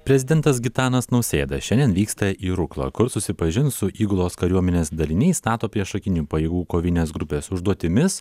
prezidentas gitanas nausėda šiandien vyksta į ruklą kur susipažins su įgulos kariuomenės daliniais nato priešakinių pajėgų kovinės grupės užduotimis